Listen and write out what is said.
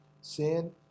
sin